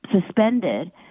suspended